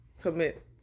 commit